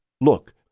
Look